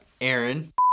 Aaron